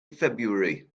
february